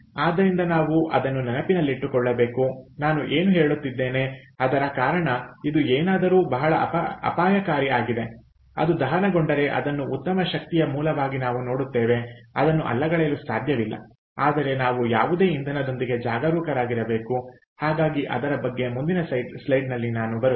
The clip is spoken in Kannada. ಆದ್ದರಿಂದ ನಾವು ಅದನ್ನು ನೆನಪಿನಲ್ಲಿಟ್ಟುಕೊಳ್ಳಬೇಕು ನಾನು ಏನು ಹೇಳುತ್ತಿದ್ದೇನೆ ಅದರ ಕಾರಣ ಇದು ಏನಾದರೂ ಬಹಳ ಅಪಾಯಕಾರಿ ಆಗಿದೆ ಅದು ದಹನಗೊಂಡರೆ ಅದನ್ನು ಉತ್ತಮ ಶಕ್ತಿಯ ಮೂಲವಾಗಿ ನಾವು ನೋಡುತ್ತೇವೆ ಅದನ್ನು ಅಲ್ಲಗಳೆಯಲು ಸಾಧ್ಯವಿಲ್ಲ ಆದರೆ ನಾವು ಯಾವುದೇ ಇಂಧನದೊಂದಿಗೆ ಜಾಗರೂಕರಾಗಿರಬೇಕು ಹಾಗಾಗಿ ಅದರ ಬಗ್ಗೆ ಮುಂದಿನ ಸ್ಲೈಡ್ನಲ್ಲಿ ನಾನು ಬರುತ್ತೇನೆ